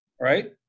right